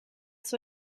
suo